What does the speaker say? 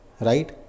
right